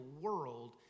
world